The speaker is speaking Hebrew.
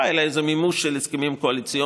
אלא הם איזה מימוש של הסכמים קואליציוניים,